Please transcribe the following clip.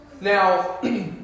Now